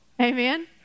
Amen